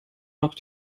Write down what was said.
noch